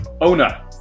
owner